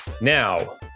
Now